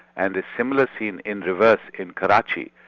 and a similar scene in reverse in karachi.